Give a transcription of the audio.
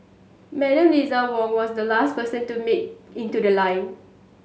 Madam Eliza Wong was the last person to make in to the line